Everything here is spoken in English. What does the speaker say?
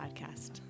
podcast